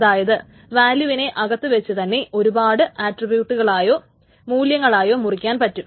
അതായത് വാല്യൂവിനെ അകത്തു വെച്ചു തന്നെ ഒരുപാട് ആട്രിബ്യൂട്ടുകളായോ മൂല്യങ്ങളായോ മുറിക്കാൻ പറ്റും